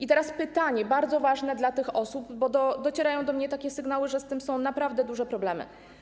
Jest pytanie bardzo ważne dla tych osób, bo docierają do mnie takie sygnały, że z tym są naprawdę duże problemy.